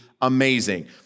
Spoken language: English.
amazing